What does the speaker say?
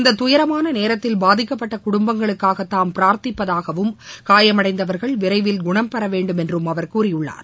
இந்த துயரமான நேரத்தில் பாதிக்கப்பட்ட குடும்பங்களுக்காக தாம் பிராா்த்திப்பதாகவும் காயமடைந்தவர்கள் விரைவில் குணம் பெற வேண்டும் என்றும் கூறியுள்ளார்